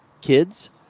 kids